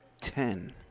Ten